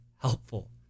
helpful